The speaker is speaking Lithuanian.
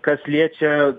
kas liečia